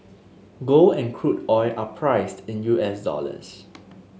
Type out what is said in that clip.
gold and crude oil are priced in U S dollars